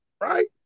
right